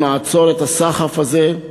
בואו נעצור את הסחף הזה,